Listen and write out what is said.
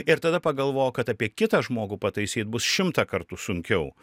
ir tada pagalvok kad apie kitą žmogų pataisyt bus šimtą kartų sunkiau